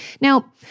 Now